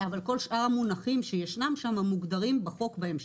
כל שאר המונחים שישנם שם, מוגדרים בחוק בהמשך.